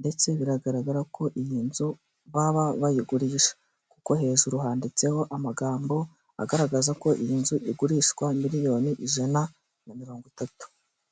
ndetse biragaragara ko iyi nzu baba bayigurisha, kuko hejuru handitseho amagambo agaragaza ko iyi nzu igurishwa miliyoni ijana na mirongo itatu.